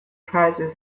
prizes